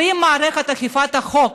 אם מערכת אכיפת החוק